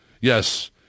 yes